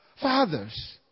fathers